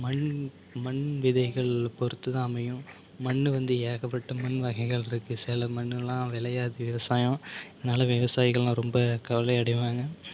மண் மண் விதைகள் பொறுத்து தான் அமையும் மண் வந்து ஏகப்பட்ட மண் வகைகள் இருக்குது சில மண்ணெல்லாம் விளையாது விவசாயம் அதனால விவசாயிகளெல்லாம் ரொம்ப கவலை அடைவாங்க